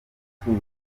batuye